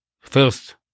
First